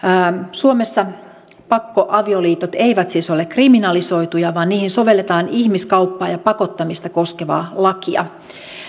suomessa pakkoavioliitot eivät siis ole kriminalisoituja vaan niihin sovelletaan ihmiskauppaa ja pakottamista koskevaa lakia